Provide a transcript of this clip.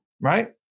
Right